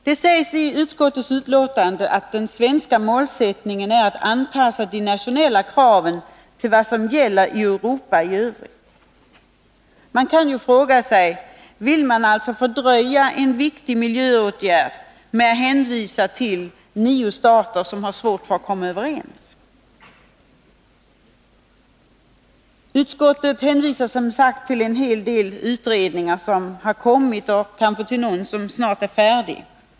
Det sägs i utskottets betänkande att den svenska målsättningen är att anpassa de nationella kraven till vad som gäller i Europa i övrigt. Man kan fråga sig: Vill utskottsmajoriteten alltså fördröja en viktig miljöåtgärd med att hänvisa till nio stater som har svårt att komma överens? Utskottet hänvisar, som sagt, till en hel del utredningar som lagt fram sina förslag och till någon som kanske snart är färdig.